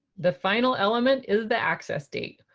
the final element is the access date,